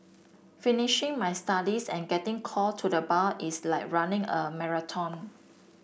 finishing my studies and getting called to the bar is like running a marathon